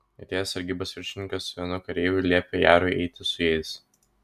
atėjęs sargybos viršininkas su vienu kareiviu liepė jarui eiti su jais